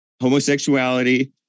Homosexuality